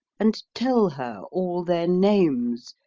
and tell her all their names,